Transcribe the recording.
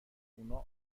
اونا